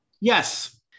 Yes